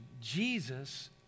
Jesus